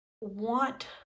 want